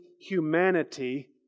humanity